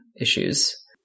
issues